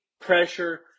pressure